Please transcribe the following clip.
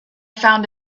found